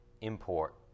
import